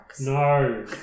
No